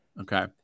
Okay